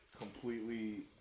completely